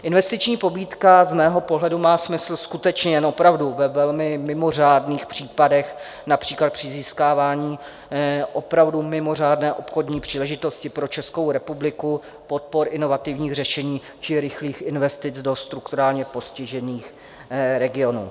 Investiční pobídka z mého pohledu má smysl skutečně jen opravdu ve velmi mimořádných případech, například při získávání mimořádné obchodní příležitosti pro Českou republiku, podpor inovativních řešení či rychlých investic do strukturálně postižených regionů.